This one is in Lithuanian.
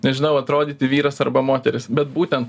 nežinau atrodyti vyras arba moteris bet būtent